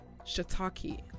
shiitake